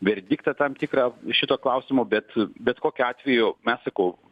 verdiktą tam tikrą šito klausimo bet bet kokiu atveju mes sakau